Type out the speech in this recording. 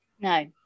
No